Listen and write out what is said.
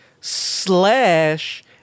slash